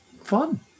fun